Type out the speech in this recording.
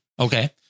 Okay